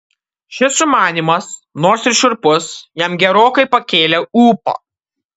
šis sumanymas nors ir šiurpus jam gerokai pakėlė ūpą